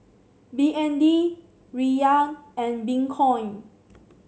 B N D Riyal and Bitcoin